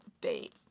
date